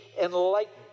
enlightened